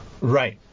Right